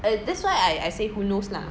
err that's why I say who knows lah